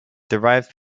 derived